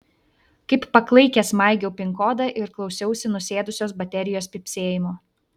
kaip paklaikęs maigiau pin kodą ir klausiausi nusėdusios baterijos pypsėjimo